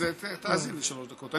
אז תאזין לי שלוש דקות.